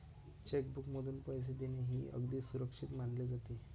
check बुकमधून पैसे देणे हे अगदी सुरक्षित मानले जाते